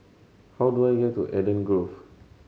how do I get to Eden Grove